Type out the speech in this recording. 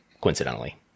coincidentally